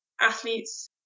athletes